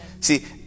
See